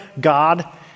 God